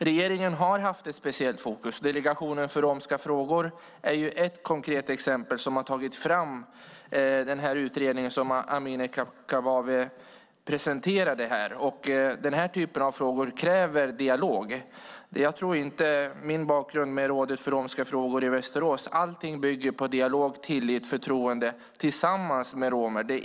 Regeringen har haft ett särskilt fokus. Delegationen för romska frågor är ett konkret exempel på det, och den har tagit fram den utredning som Amineh Kakabaveh tog upp. Den här typen av frågor kräver dialog. Min erfarenhet från det romska rådet i Västerås är att allt bygger på dialog, tillit och förtroende tillsammans med romerna.